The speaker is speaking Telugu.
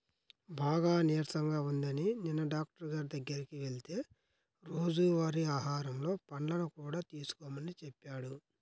బాగా నీరసంగా ఉందని నిన్న డాక్టరు గారి దగ్గరికి వెళ్తే రోజువారీ ఆహారంలో పండ్లను కూడా తీసుకోమని చెప్పాడు